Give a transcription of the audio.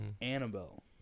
Annabelle